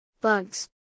Bugs